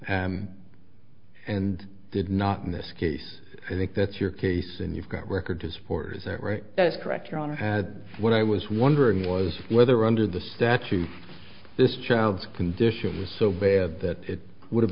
that and did not in this case i think that's your case and you've got record to spores that right that's correct your honor i had when i was wondering was whether under the statute this child's condition was so bad that it would have